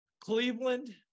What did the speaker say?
Cleveland